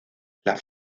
las